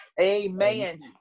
Amen